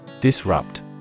Disrupt